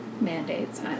mandates